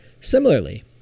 Similarly